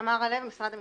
תמרה לב, משרד המשפטים.